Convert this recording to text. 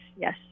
yes